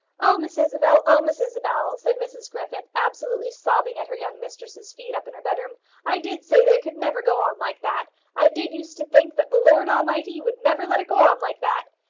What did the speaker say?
oh, miss isabel! oh, miss isabel! said mrs griffith, absolutely sobbing at her young mistress's feet up in her bed-room i did say that it could never go on like that. i did use to think that the lord almighty would never let it go on like that!